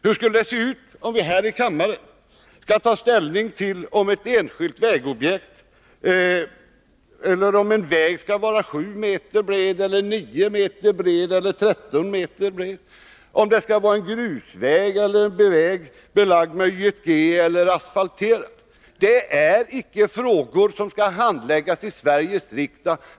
Hur skulle det se ut om vi här i riksdagen skulle ta ställning till om en enskild väg skall vara 7, 9 eller 13 meter bred, om det skall vara en grusväg eller en asfalterad väg? Det är icke frågor som skall handläggas i Sveriges riksdag.